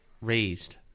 raised